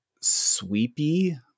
sweepy